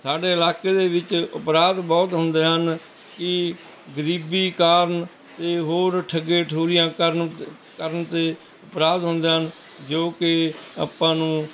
ਸਾਡੇ ਇਕਾਲੇ ਦੇ ਵਿੱਚ ਅਪਰਾਧ ਬਹੁਤ ਹੁੰਦੇ ਹਨ ਕਿ ਗਰੀਬੀ ਕਾਰਨ ਅਤੇ ਹੋਰ ਠੱਗੇ ਠੋਰੀਆਂ ਕਰਨ ਕਰਨ 'ਤੇ ਅਪਰਾਧ ਹੁੰਦੇ ਹਨ ਜੋ ਕਿ ਆਪਾਂ ਨੂੰ